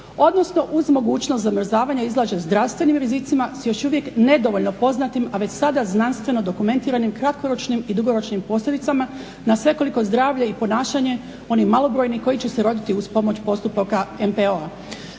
odnosno uz mogućnost zamrzavanja izlaže zdravstvenim rizicima sa još uvijek nedovoljno poznatim, a već sada znanstveno dokumentiranim kratkoročnim i dugoročnim posljedicama na svekoliko zdravlje i ponašanje onih malobrojnih koji će se roditi uz pomoć postupaka MPO-a.